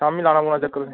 शामीं लाना पौना चक्कर तुसें